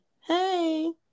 hey